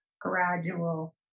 gradual